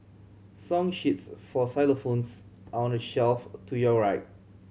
song sheets for xylophones are on the shelf to your right